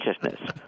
consciousness